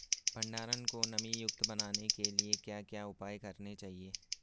भंडारण को नमी युक्त बनाने के लिए क्या क्या उपाय करने चाहिए?